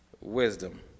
wisdom